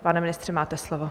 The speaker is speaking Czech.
Pane ministře, máte slovo.